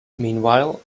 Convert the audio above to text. meanwhile